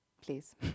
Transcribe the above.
please